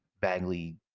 Bagley